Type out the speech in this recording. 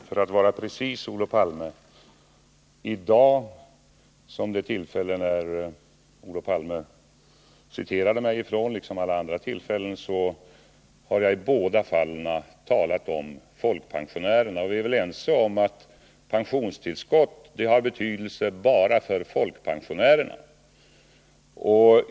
Herr talman! För att vara precis, Olof Palme: Jag har i dag och vid det tillfälle Olof Palme citerade ifrån, liksom vid alla andra tillfällen, talat om folkpensionerna. Och vi är väl ense om att pensionstillskott har betydelse bara för folkpensionärerna.